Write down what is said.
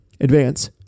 advance